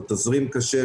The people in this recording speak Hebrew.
התזרים קשה,